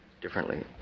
differently